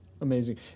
amazing